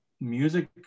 music